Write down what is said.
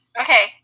Okay